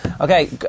okay